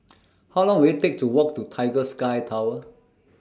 How Long Will IT Take to Walk to Tiger Sky Tower